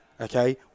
okay